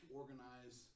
organize